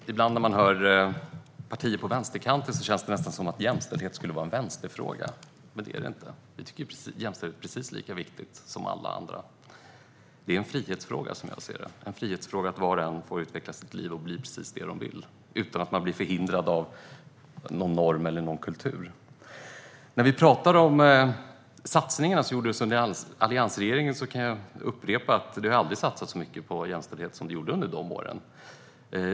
Herr talman! Ibland när man hör representanter för partier på vänsterkanten känns det nästan som att jämställhet skulle vara en vänsterfråga, men det är det inte. Vi tycker precis som alla andra att jämställdhet är en viktig fråga. Det är en frihetsfråga, som jag ser det, att var och en får utveckla sitt liv och bli precis det de vill utan att bli förhindrade av någon norm eller kultur. När vi talar om satsningarna som gjordes under alliansregeringen kan jag upprepa att det aldrig har satsats så mycket på jämställdhet som det gjordes under de åren.